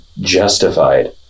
justified